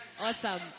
awesome